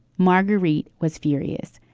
marguerite was furious.